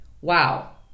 Wow